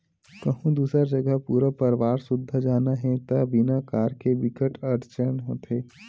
कहूँ दूसर जघा पूरा परवार सुद्धा जाना हे त बिना कार के बिकट अड़चन होथे